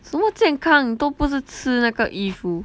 什么健康都不是吃那个衣服